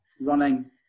running